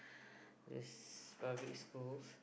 those public schools